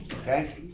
okay